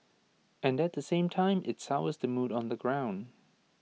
and at the same time IT sours the mood on the ground